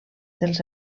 dels